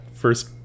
first